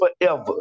forever